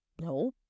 no